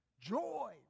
joy